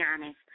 honest